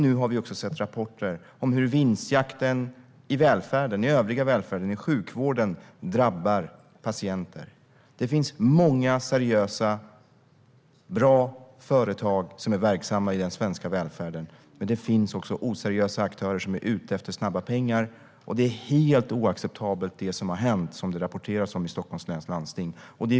Nu har vi också sett rapporter om hur vinstjakten i den övriga välfärden - i sjukvården - drabbar patienter. Det finns många seriösa, bra företag som är verksamma i den svenska välfärden, men det finns också oseriösa aktörer som är ute efter snabba pengar. Det som har hänt i Stockholms läns landsting - det som har rapporterats om - är helt oacceptabelt.